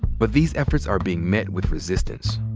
but these efforts are being met with resistance.